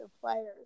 players